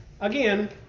Again